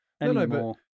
anymore